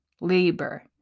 labor